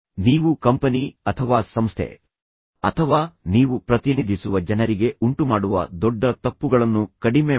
ನೀವು ಕಂಪನಿ ಅಥವಾ ಸಂಸ್ಥೆ ಅಥವಾ ನೀವು ಪ್ರತಿನಿಧಿಸುವ ಜನರಿಗೆ ಉಂಟುಮಾಡುವ ದೊಡ್ಡ ತಪ್ಪುಗಳನ್ನು ಕಡಿಮೆ ಮಾಡಿ